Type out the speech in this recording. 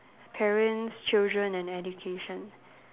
parents children and education